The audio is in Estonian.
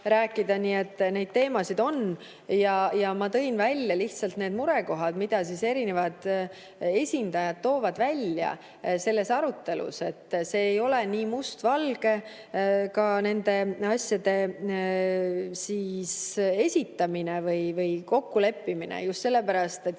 Nii et neid teemasid on. Ma tõin välja lihtsalt need murekohad, mida erinevad esindajad toovad selles arutelus välja. See ei ole nii mustvalge, ka nende asjade esitamine või kokkuleppimine, just sellepärast, et